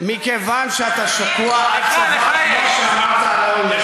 מכיוון שאתה שקוע עד צוואר, כמו שאמרת על אולמרט.